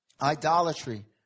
idolatry